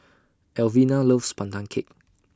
Alvina loves Pandan Cake